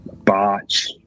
Botch